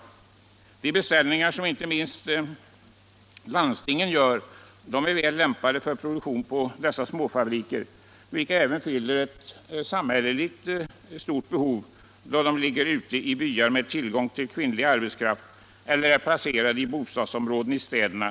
Inte minst de varor som landstingen beställer är väl lämpade för produktion på dessa små fabriker, som även fyller ett stort samhälleligt behov, då de ligger ute i byar med tillgång till kvinnlig arbetskraft eller är placerade i bostadsområden i städerna.